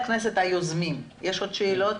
חברי הכנסת היוזמים, יש עוד שאלות?